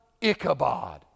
Ichabod